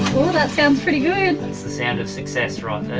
oh that sounds pretty good. that's the sound of success right